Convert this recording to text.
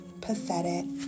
pathetic